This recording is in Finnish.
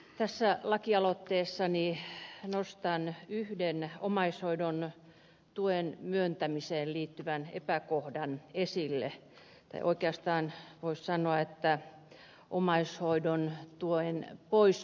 tässä lakialoitteessani nostan yhden omaishoidon tuen myöntämiseen liittyvän epäkohdan esille tai oikeastaan voisi sanoa omaishoidon tuen pois ottamiseen liittyvän epäkohdan